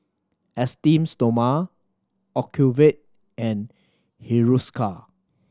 Esteem Stoma Ocuvite and Hiruscar